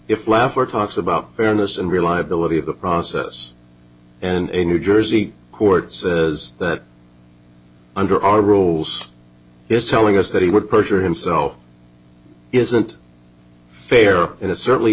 were talks about fairness and reliability of the process and a new jersey court says that under our rules is telling us that he would perjured himself isn't fair and it certainly